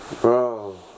Bro